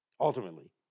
Ultimately